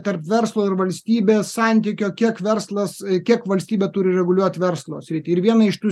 tarp verslo ir valstybės santykio kiek verslas kiek valstybė turi reguliuot verslo sritį ir viena iš tų